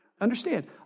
Understand